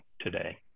today